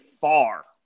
far